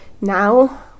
now